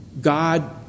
God